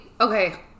Okay